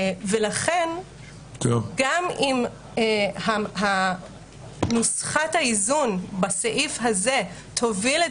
ולכן גם אם נוסחת האיזון בסעיף זה תוביל את